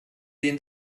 den